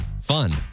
Fun